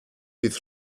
bydd